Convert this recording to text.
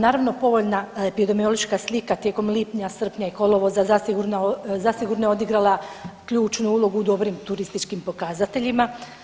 Naravno povoljna epidemiološka slika tijekom lipnja, srpnja i kolovoza zasigurno je odigrala ključnu ulogu u dobrim turističkim pokazateljima.